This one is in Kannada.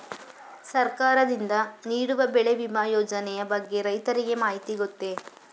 ಸರ್ಕಾರದಿಂದ ನೀಡುವ ಬೆಳೆ ವಿಮಾ ಯೋಜನೆಯ ಬಗ್ಗೆ ರೈತರಿಗೆ ಮಾಹಿತಿ ಗೊತ್ತೇ?